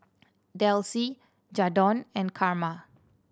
Delcie Jadon and Karma